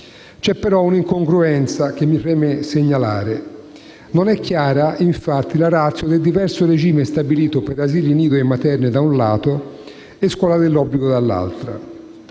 C'è però un'incongruenza che mi preme segnalare: non è chiara infatti la *ratio* del diverso regime stabilito per asili nido e materne, da un lato, e scuola dell'obbligo, dall'altro: